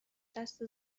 دست